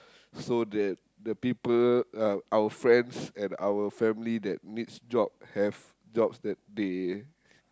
so that the people uh our friends and our family that needs jobs have jobs that they